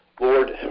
Lord